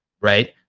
right